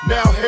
Now